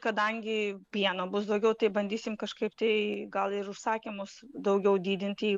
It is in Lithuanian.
kadangi pieno bus daugiau tai bandysim kažkaip tai gal ir užsakymus daugiau didinti